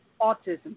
autism